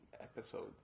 episode